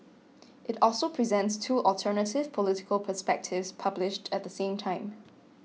it also presents two alternative political perspectives published at the time